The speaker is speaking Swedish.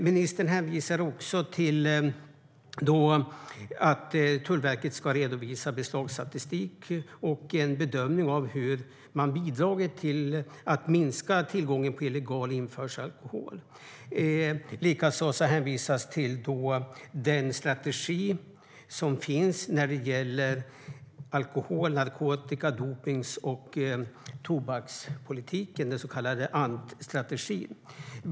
Ministern hänvisar också till att Tullverket ska redovisa beslagsstatistik och en bedömning av hur man bidragit till att minska möjligheten till illegal införsel av alkohol. Likaså hänvisas till den strategi som finns när det gäller alkohol-, narkotika-, dopnings och tobakspolitiken, den så kallade ANDT-strategin.